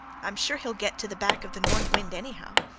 i'm sure he'll get to the back of the north wind, anyhow,